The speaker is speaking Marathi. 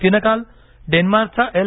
तिनं काल डेन्मार्कच्या एल